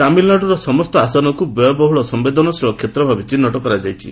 ତାମିଲ୍ନାଡୁର ସମସ୍ତ ଆସନକୁ ବ୍ୟୟବହୁଳ ସମ୍ଭେଦନଶୀଳ କ୍ଷେତ୍ର ଭାବେ ଚିହ୍ନଟ କରାଯାଇଛି